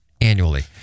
annually